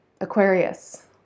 Aquarius